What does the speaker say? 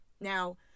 Now